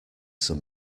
some